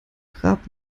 grab